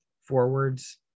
forwards